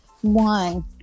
One